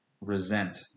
resent